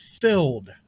filled